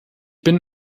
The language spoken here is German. bin